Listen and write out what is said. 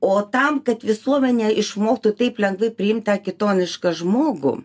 o tam kad visuomenė išmoktų taip lengvai priimt tą kitonišką žmogų